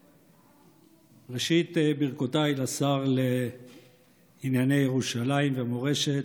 ראשית, ברכותיי לשר לענייני ירושלים ומורשת.